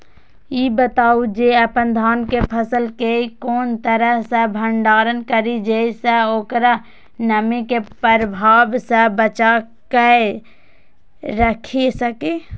ई बताऊ जे अपन धान के फसल केय कोन तरह सं भंडारण करि जेय सं ओकरा नमी के प्रभाव सं बचा कय राखि सकी?